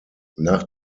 nach